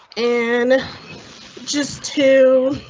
an just too.